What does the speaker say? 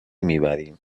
میبریم